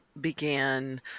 began –